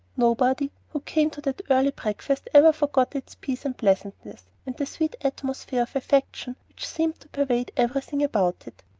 nobody who came to that early breakfast ever forgot its peace and pleasantness and the sweet atmosphere of affection which seemed to pervade everything about it.